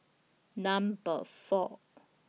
Number four